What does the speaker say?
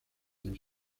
nos